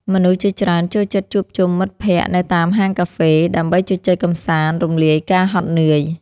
មនុស្សជាច្រើនចូលចិត្តជួបជុំមិត្តភក្តិនៅតាមហាងកាហ្វេ ដើម្បីជជែកកម្សាន្តរំលាយការហត់នឿយ។